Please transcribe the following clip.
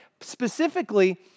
specifically